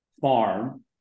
farm